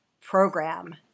program